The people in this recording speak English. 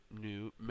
new